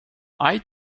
eye